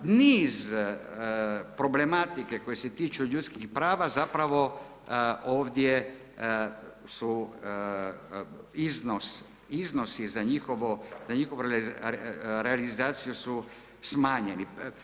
Niz problematike koje se tiču ljudskih prava zapravo ovdje su iznos, iznosi za njihovu realizaciju su smanjeni.